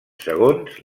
segons